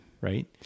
Right